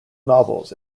novels